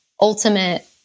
ultimate